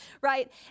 right